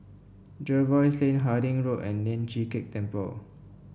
Jervois Lane Harding Road and Lian Chee Kek Temple